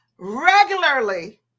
regularly